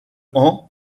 han